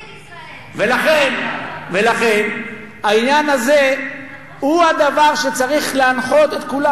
ולכן, העניין הזה הוא הדבר שצריך להנחות את כולם.